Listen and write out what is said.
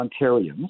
Ontarians